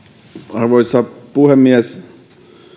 arvoisa puhemies